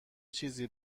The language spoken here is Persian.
چیزی